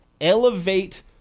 elevate